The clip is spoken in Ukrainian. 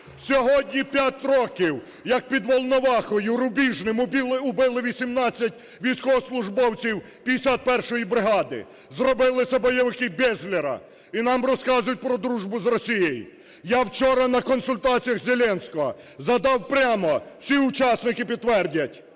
Сьогодні 5 років, як під Волновахою, Рубіжним вбили 18 військовослужбовців 51-ї бригади. Зробили це бойовики Безлєра. І нам розказують про дружбу з Росією! Я вчора на консультаціях Зеленському задав прямо, всі учасники підтвердять,